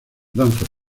danzas